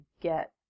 get